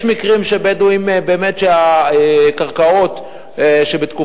יש מקרים שהקרקעות הן של הבדואים